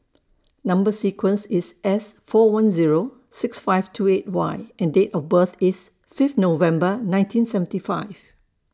Number sequence IS S four one Zero six five two eight Y and Date of birth IS Fifth November nineteen seventy five